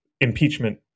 impeachment